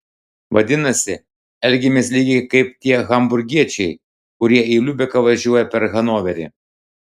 vadinasi elgiamės lygiai kaip tie hamburgiečiai kurie į liubeką važiuoja per hanoverį